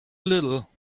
little